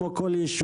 כמו כל יישוב,